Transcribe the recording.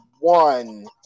one